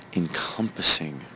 encompassing